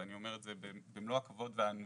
ואני אומר את זה במלוא הכבוד והענווה